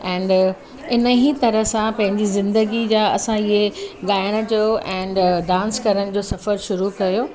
and इन ई तरह सां पंहिंजी ज़िंदगी जा असां इहे ॻाल्हाइण जो ऐंड डांस करण जो सफ़र शुरू कयो